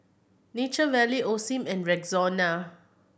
Nature Valley Osim and Rexona